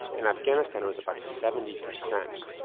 in afghanistan it was about seventy percent.